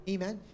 Amen